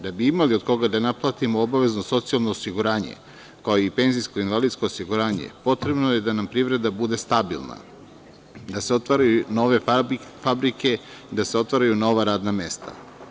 Da bi imali od koga da naplatimo obavezno socijalno osiguranje, kao i penzijsko i invalidsko osiguranje potrebno je da nam privreda bude stabilna, da se otvaraju nove fabrike, da se otvaraju nova radna mesta.